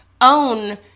own